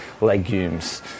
legumes